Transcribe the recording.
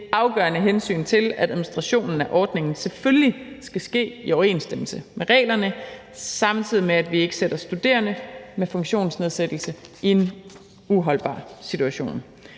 afgørende hensyn, at administrationen af ordningen selvfølgelig skal ske i overensstemmelse med reglerne, samtidig med at vi ikke sætter studerende med funktionsnedsættelse i en uholdbar situation.